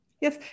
Yes